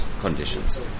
conditions